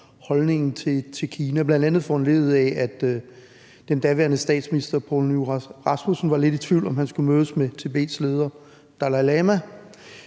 holdningen til Kina bl.a. foranlediget af, at den daværende statsminister Poul Nyrup Rasmussen var lidt i tvivl om, hvorvidt han skulle mødes med Tibets leder, Dalai Lama,